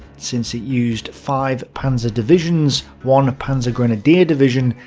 since it used five panzer divisions, one panzergrenadier division,